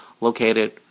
located